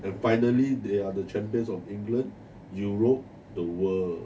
and finally they are the champions of England europe the world